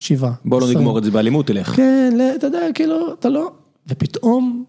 7. בוא לא נגמור את זה באלימות, תלך. כן, אתה יודע, כאילו, אתה לא... ופתאום...